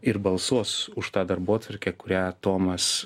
ir balsuos už tą darbotvarkę kurią tomas